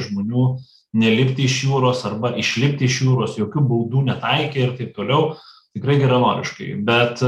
žmonių nelipti iš jūros arba išlipti iš jūros jokių baudų netaikė ir taip toliau tikrai geranoriškai bet